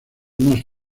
más